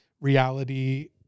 reality